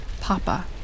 Papa